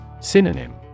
Synonym